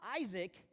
Isaac